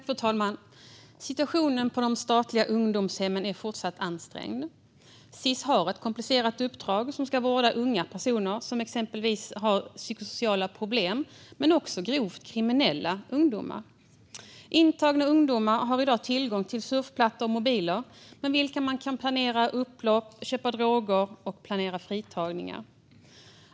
Fru talman! Situationen på de statliga ungdomshemmen är fortsatt ansträngd. Sis har ett komplicerat uppdrag - de ska vårda unga personer som exempelvis har psykosociala problem, men de ska också vårda grovt kriminella ungdomar. Intagna ungdomar har i dag tillgång till surfplattor och mobiler med vilka man kan planera upplopp, köpa droger och planera fritagningar.